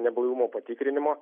neblaivumo patikrinimo